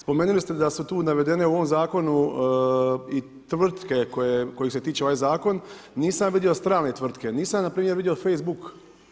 Spomenuli ste da su tu navedene u ovom zakonu i tvrtke koje se tiče ovaj zakon, nisam ja vidio strane tvrtke, nisam npr. vidio Facebook.